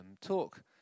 talk